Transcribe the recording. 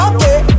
Okay